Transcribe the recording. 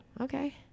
Okay